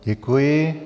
Děkuji.